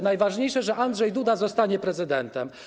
Najważniejsze, że Andrzej Duda zostanie prezydentem.